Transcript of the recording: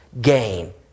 Gain